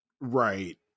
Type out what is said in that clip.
Right